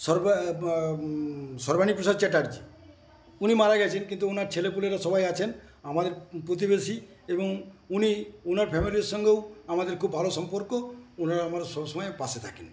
সর্ব বা শর্বাণী প্রসাদ চ্যাটার্জি উনি মারা গেছেন কিন্তু ওনার ছেলেপুলেরা সবাই আছেন আমাদের প্রতিবেশী এবং উনি ওনার ফ্যামিলির সঙ্গেও আমাদের খুব ভালো সম্পর্ক ওনারা আমার সব সময় পাশে থাকেন